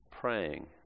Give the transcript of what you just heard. praying